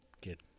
get